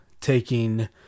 taking